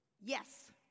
yes